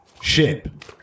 ship